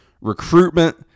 recruitment